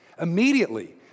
Immediately